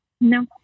No